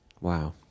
Wow